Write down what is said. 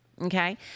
Okay